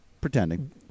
pretending